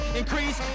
increase